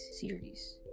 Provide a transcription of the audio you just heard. series